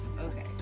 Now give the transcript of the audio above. Okay